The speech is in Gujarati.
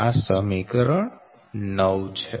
આ સમીકરણ 9 છે